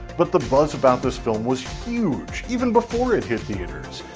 but the buzz about this film was huge even before it hit theaters.